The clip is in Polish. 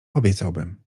obiecałbym